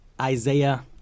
Isaiah